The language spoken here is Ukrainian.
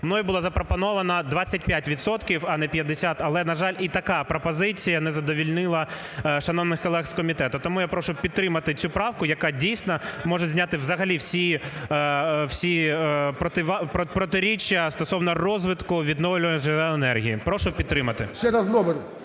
мною було запропоновано 25 відсотків, а не 50, але, на жаль, і така пропозиція не задовольнила шановних колег з комітету. Тому я прошу підтримати цю правку, яка, дійсно, може зняти взагалі всі протиріччя стосовно розвитку відновлювальних джерел енергії. Прошу підтримати. ГОЛОВУЮЧИЙ.